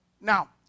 Now